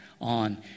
on